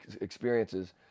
experiences